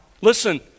Listen